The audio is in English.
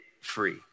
free